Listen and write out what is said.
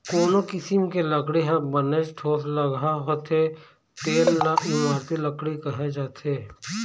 कोनो किसम के लकड़ी ह बनेच ठोसलगहा होथे तेन ल इमारती लकड़ी कहे जाथे